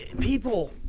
people